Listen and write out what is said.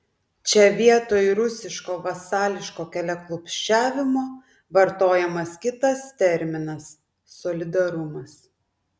čia vietoj rusiško vasališko keliaklupsčiavimo vartojamas kitas terminas solidarumas